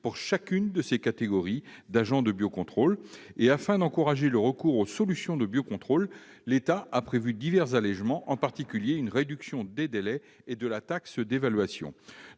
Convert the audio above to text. de chacune de ces catégories d'agents de biocontrôle sont parfaitement définies. Afin d'encourager le recours aux solutions de biocontrôle, l'État a prévu divers allégements, en particulier une réduction des délais et de la taxe d'évaluation.